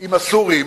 עם הסורים.